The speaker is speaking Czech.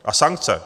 A sankce.